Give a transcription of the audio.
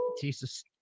Jesus